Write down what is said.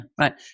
right